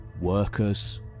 Workers